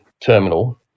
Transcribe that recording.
terminal